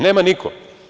Nema niko.